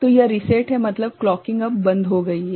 तो यह रीसेट है मतलब क्लॉकिंग अब बंद हो गई है